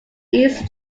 east